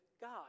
God